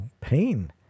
pain